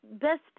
Best